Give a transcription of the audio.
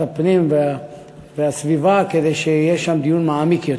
יציג את הצעת החוק השר להגנת הסביבה עמיר פרץ.